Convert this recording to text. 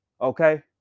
Okay